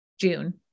June